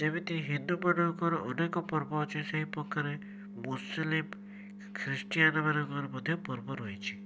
ଯେମିତି ହିନ୍ଦୁମାନଙ୍କର ଅନେକ ପର୍ବ ଅଛି ସେହି ପକାରେ ମୁସଲିମ ଖ୍ରୀଷ୍ଟିଆନ ମାନଙ୍କର ମଧ୍ୟ ପର୍ବ ରହିଛି